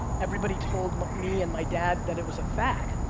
everybody told me and my dad that it was a fad.